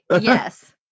yes